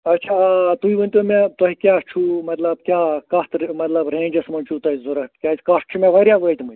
آچھا آ تُہۍ ؤنۍ تو مےٚ تۄہہِ کیٛاہ چھُو مطلب کیٛاہ کَتھ ر مطلب رینٛجَس منٛز چھُو تۄہہِ ضروٗرت تِکیٛازِ کَٹھ چھِ مےٚ واریاہ وٲتمِتۍ